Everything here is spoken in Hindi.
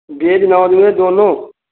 भेज नॉनभेज दोनों